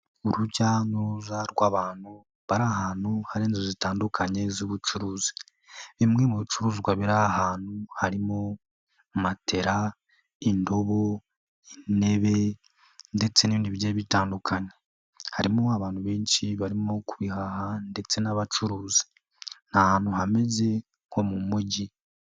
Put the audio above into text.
Urujya n'uruza rw'abantu bari ahantu hari inzu zitandukanye z'ubucuruzi bimwe mu bicuruzwa biri ahantu harimo matera, indobo, intebe, ndetse n'indi byari bitandukanye harimo abantu benshi barimo kubihaha ndetse n'abacuruzi ni ahantu hameze nko mu mujyi.